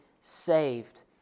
saved